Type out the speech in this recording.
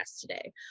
today